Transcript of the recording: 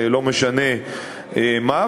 לא משנה מה,